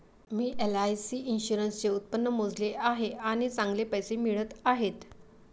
मी LIC इन्शुरन्सचे उत्पन्न मोजले आहे आणि चांगले पैसे मिळत आहेत